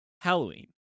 Halloween